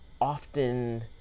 often